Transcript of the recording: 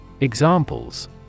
Examples